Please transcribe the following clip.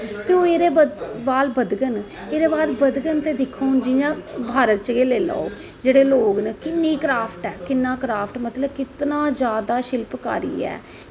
तो एह्दै बाद बधगन एह्दे बाद बधगन ते हून जियां भारत च गै गैई लैओ जेह्ड़े लोग नै किन्नी क्राफ्ट ऐ मतलव किन्नीं मतलव कितनां जादा शिल्पकारी ऐ